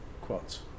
quotes